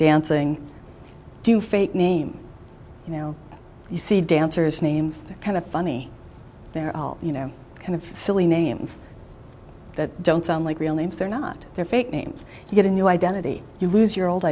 dancing to fake name you know you see dancers names that kind of funny they're all you know kind of silly names that don't sound like real names they're not they're fake names you get a new identity you lose your old